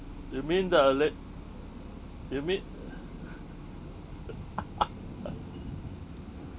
you mean the la~ you mean